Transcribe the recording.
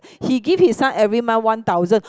he give his son every month one thousand